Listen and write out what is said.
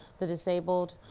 the disabled,